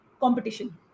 competition